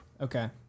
okay